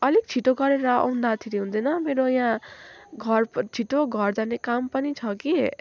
अलिक छिटो गरेर आउँदाखेरि हुँदैन मेरो यहाँ घर छिटो गर जाने काम पनि छ कि